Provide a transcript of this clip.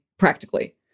practically